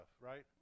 right